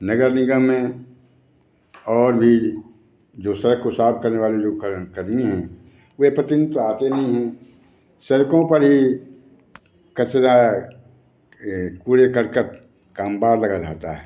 नगर निगम में और भी जो सड़क को साफ करने वाले जो कर कर्मी हैं वे प्रतिदिन तो आते नहीं हैं सड़कों पर ही कचरा ये कूड़े करकट का अंबार लगा रहता है